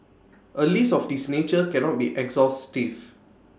A list of this nature cannot be exhaustive